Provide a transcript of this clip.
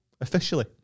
officially